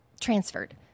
transferred